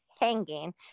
hanging